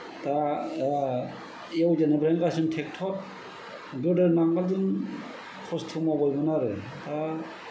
दा एवजेननायनिफ्रायनो गासैबो ट्रेक्टर गोदो नांगोलजों खस्थ' मावबोयोमोन आरो दा